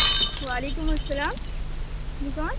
وعلیکم السلام جی کون